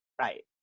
Right